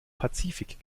pazifik